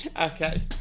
Okay